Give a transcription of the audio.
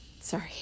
sorry